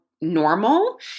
normal